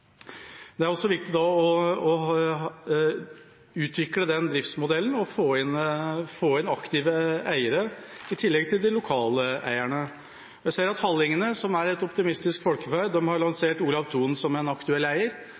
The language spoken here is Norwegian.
også viktig å utvikle den driftsmodellen og få inn aktive eiere i tillegg til de lokale eierne. Jeg ser at hallingene, som er et optimistisk folkeferd, har lansert Olav Thon som en aktuell eier,